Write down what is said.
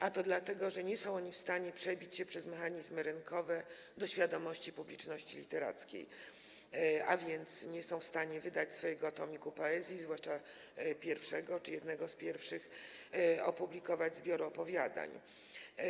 A to dlatego, że nie są oni w stanie przebić się przez mechanizmy rynkowe do świadomości publiczności literackiej, a więc nie są w stanie wydać swojego tomiku poezji, zwłaszcza pierwszego czy jednego z pierwszych, opublikować zbioru opowiadań.